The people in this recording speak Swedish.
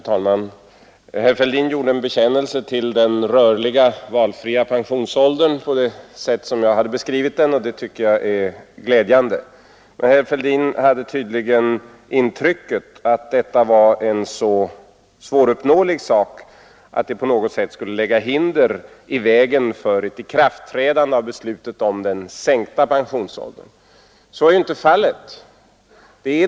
Herr talman! Herr Fälldin gjorde en bekännelse till den rörliga, valfria pensionsåldern sådan jag har beskrivit den, vilket är glädjande. Men herr Fälldin hade tydligen intrycket att detta var så svåruppnåeligt att det på något sätt skulle lägga hinder i vägen för ett ikraftträdande av beslutet om den sänkta pensionsåldern. Så är inte fallet.